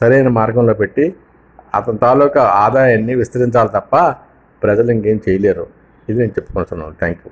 సరైన మార్గంలో పెట్టి అతని తాలూకా ఆదాయాన్ని విస్తరించాలి తప్ప ప్రజలు ఇంకేం చేయలేరు ఇది నేను చెప్పుకొనుచున్నాను థ్యాంక్ యు